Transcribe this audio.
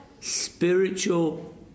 spiritual